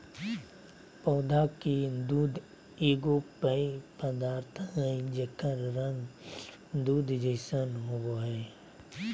पौधा के दूध एगो पेय पदार्थ हइ जेकर रंग दूध जैसन होबो हइ